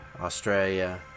Australia